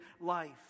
life